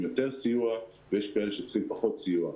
עברו כמה חודשים ואפשר לתת מספרים.